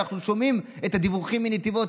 ואנחנו שומעים את הדיווחים מנתיבות,